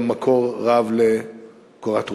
גם מקור רב לקורת רוח.